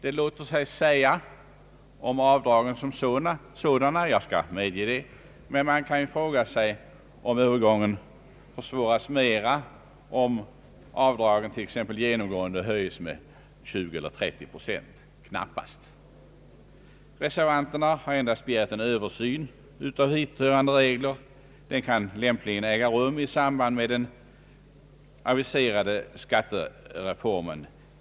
Det låter sig säga om avdragen som sådana — jag medger det — men man kan fråga sig om övergången försvåras av att avdragen t.ex. genomgående höjes med 20—30 procent. Knappast. Reservanterna har endast begärt en översyn av hithörande regler. Den kan lämpligen äga rum i samband med den aviserade skattereformen.